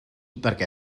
perquè